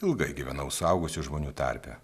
ilgai gyvenau suaugusių žmonių tarpe